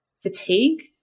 fatigue